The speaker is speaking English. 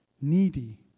needy